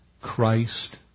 Christ